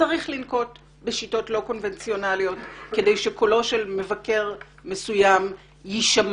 יש לנקוט בשיטות לא קונבנציונליות כדי שקולו של מבקר מסוים יישמע.